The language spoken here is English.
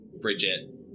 Bridget